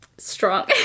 strong